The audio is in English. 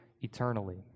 eternally